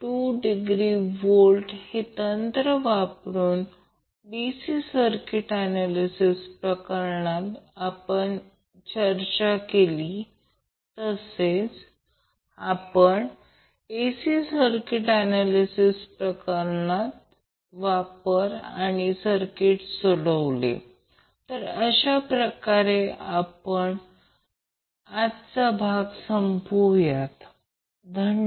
32°V हे तंत्र वापरून DC सर्किट ऍनॅलिसिस प्रकरणात आपण चर्चा केली तसेच आपण AC सर्किट ऍनॅलिसिस प्रकरणात वापर आणि सर्किट सोडवले आहे तर अशाप्रकारे या आठवड्यात आजचा भाग संपवुया धन्यवाद